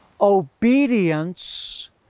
obedience